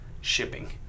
shipping